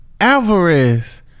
alvarez